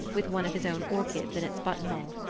with one of his own orchids in its buttonhole.